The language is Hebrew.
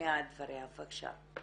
להשמיע את דבריה, בבקשה.